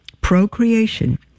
procreation